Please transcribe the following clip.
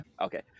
Okay